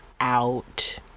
out